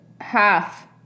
half